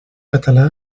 català